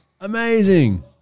Amazing